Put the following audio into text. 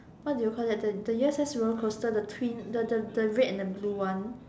what do you call that the U_S_S roller coaster the twin the the red and the blue one